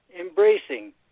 embracing